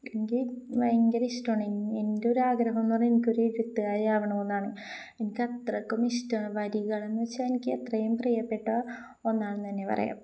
എനിക്ക് ഭയങ്കരം ഇഷ്ടമാണ് എൻ്റെ ഒരാഗ്രഹമെന്ന് പറഞ്ഞാല് എനിക്കൊരു എഴുത്തുകാരിയാകണമെന്നാണ് എനിക്കത്രയ്ക്കും ഇഷ്ടമാണ് വരികളെന്ന് വെച്ചാല് എനിക്ക് എത്രയും പ്രിയപ്പെട്ട ഒന്നാണെന്നുതന്നെ പറയാം